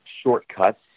shortcuts